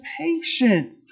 patient